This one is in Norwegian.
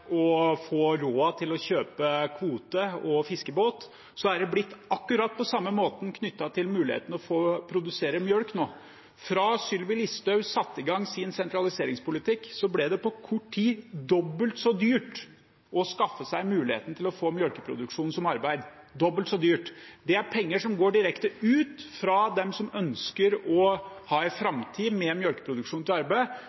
få råd til å kjøpe kvote og fiskebåt, er det nå blitt akkurat på samme måten knyttet til muligheten for å få produsere melk. Fra Sylvi Listhaug satte i gang sin sentraliseringspolitikk ble det på kort tid dobbelt så dyrt å skaffe seg muligheten til å få melkeproduksjon som arbeid – dobbelt så dyrt. Det er penger som går direkte ut fra dem som ønsker å ha